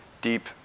deep